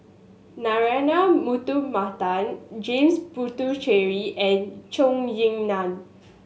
Narana Putumaippittan James Puthucheary and Zhou Ying Nan